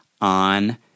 on